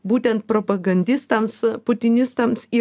būtent propagandistams putinistams į